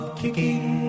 kicking